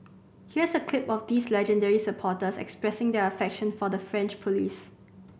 here's a clip of these legendary supporters expressing their affection for the French police